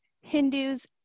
Hindus